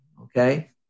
Okay